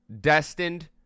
destined